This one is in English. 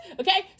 okay